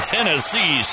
Tennessee